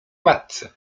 matce